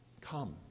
Come